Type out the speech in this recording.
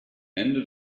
ende